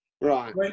right